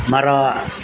ಮರ